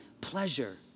pleasure